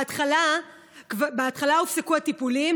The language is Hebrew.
בהתחלה הופסקו הטיפולים,